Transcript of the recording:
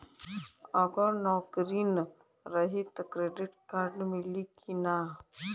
अगर नौकरीन रही त क्रेडिट कार्ड मिली कि ना?